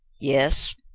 yes